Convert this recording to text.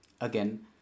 Again